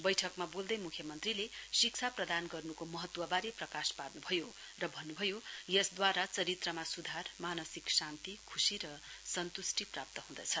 बैठकमा बोल्दै मुख्यमन्त्रीले शिक्षा प्रदान गर्नुको महत्ववारे प्रकास पार्नुभयो र भन्नुभयो यसदूवारा चरित्रमा सुधार मानसिक शान्ति खुशी र सन्तस्टी प्राप्त हुँदछ